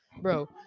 bro